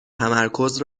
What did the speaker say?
تمرکز